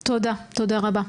תודה, תודה רבה.